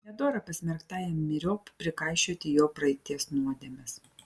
nedora pasmerktajam myriop prikaišioti jo praeities nuodėmes